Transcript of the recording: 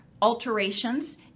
alterations